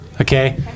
okay